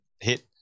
hit